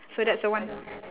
so that's the one